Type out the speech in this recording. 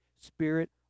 spirit